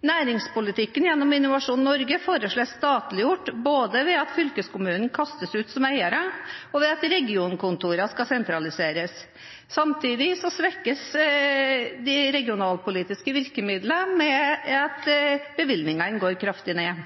Næringspolitikken gjennom Innovasjon Norge foreslås statliggjort, både ved at fylkeskommunene kastes ut som eiere, og ved at regionkontorene sentraliseres. Samtidig svekkes de regionpolitiske virkemidlene ved at bevilgningene går kraftig ned.